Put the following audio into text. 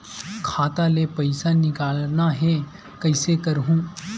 खाता ले पईसा निकालना हे, कइसे करहूं?